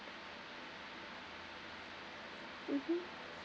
mmhmm